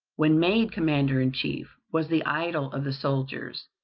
when made commander-in-chief, was the idol of the soldiers,